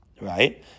right